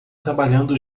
trabalhando